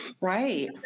right